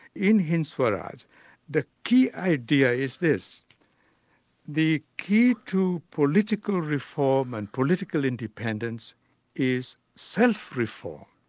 in hind swaraj the key idea is this the key to political reform and political independence is self-reform.